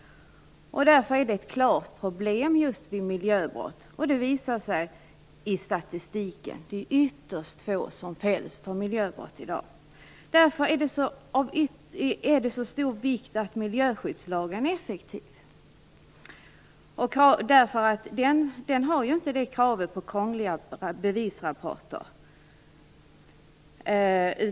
Detta är ett klart problem just vid miljöbrott. Statistiken visar att det är ytterst få som fälls för miljöbrott. Därför är det av stor vikt att miljöskyddslagen är effektiv. Den innehåller ju inte det krångliga beviskravet.